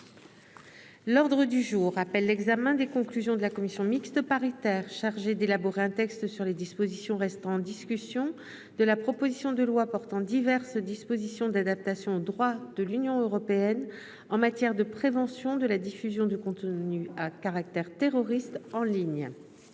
L'ordre du jour appelle l'examen des conclusions de la commission mixte paritaire chargée d'élaborer un texte sur les dispositions restant en discussion de la proposition de loi portant diverses dispositions d'adaptation au droit de l'Union européenne en matière de prévention de la diffusion de contenus à caractère terroriste en ligne